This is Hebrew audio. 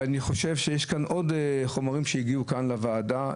יש עוד חומרים שהגיעו לוועדה,